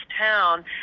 town